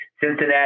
Cincinnati